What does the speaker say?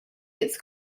its